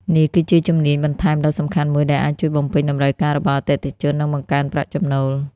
នេះគឺជាជំនាញបន្ថែមដ៏សំខាន់មួយដែលអាចជួយបំពេញតម្រូវការរបស់អតិថិជន និងបង្កើនប្រាក់ចំណូល។